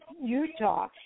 Utah